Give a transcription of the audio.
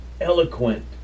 eloquent